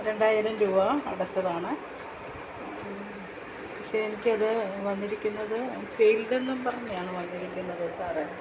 രണ്ടായിരം രൂപ അടച്ചതാണ് പക്ഷെ എനിക്കത് വന്നിരിക്കുന്നത് ഫെയിൽഡെന്നും പറഞ്ഞാണ് വന്നിരിക്കുന്നത് സാറേ